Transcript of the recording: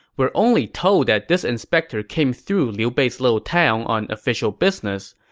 we're only told that this inspector came through liu bei's little town on official business,